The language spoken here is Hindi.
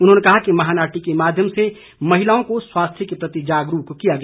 उन्होंने कहा कि महानाटी के माध्यम से महिलाओं को स्वास्थ्य के प्रति जागरूक किया गया